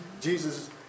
Jesus